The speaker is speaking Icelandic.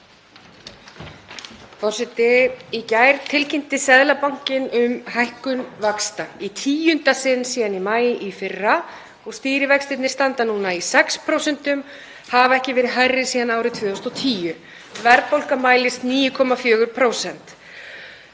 Forseti. Í gær tilkynnti Seðlabankinn um hækkun vaxta í tíunda sinn síðan í maí í fyrra. Stýrivextirnir standa núna í 6%, hafa ekki verið hærri síðan árið 2010. Verðbólga mælist 9,4%.